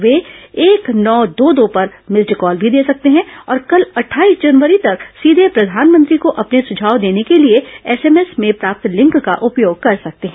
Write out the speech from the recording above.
वे एक नौ दो दो पर भिस्ड कॉल भी दे सकते हैं और कल अट्ठाईस जनवरी तक सीधे प्रधानमंत्री को अपने सुझाव देने के लिए एसएमएस में प्राप्त लिंक का उपयोग कर सकते हैं